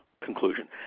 conclusion